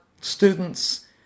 students